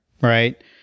right